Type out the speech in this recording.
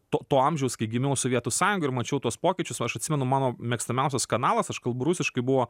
to to amžiaus kai gimiau sovietų sąjungoj ir mačiau tuos pokyčius aš atsimenu mano mėgstamiausias kanalas aš kalbu rusiškai buvo